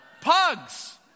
pugs